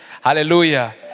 Hallelujah